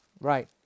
Right